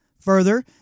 Further